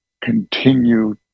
continue